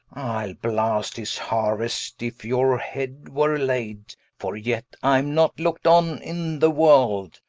ile blast his haruest, if your head were laid, for yet i am not look'd on in the world.